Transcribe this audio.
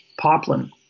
poplin